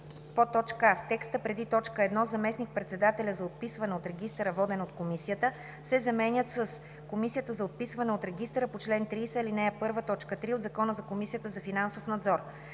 1: а) в текста преди т. 1 „заместник-председателя за отписване от регистъра, воден от комисията“ се заменят с „Комисията за отписване от регистъра по чл. 30, ал. 1, т. 3 от Закона за Комисията за финансов надзор“;